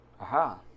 Aha